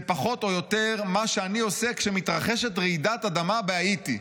זה פחות או יותר מה שאני עושה כשמתרחשת רעידת אדמה בהאיטי.